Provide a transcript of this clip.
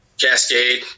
Cascade